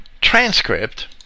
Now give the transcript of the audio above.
transcript